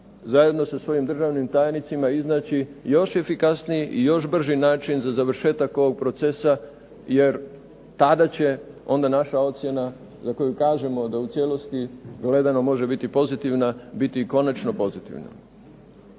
zajedno sa svojim državnim tajnicima iznaći još efikasniji i još brži način za završetak ovog procesa jer tada će onda naša ocjena za koju kažemo da u cijelosti gledano može biti pozitivna biti i konačno pozitivna.